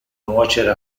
nuocere